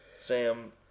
Sam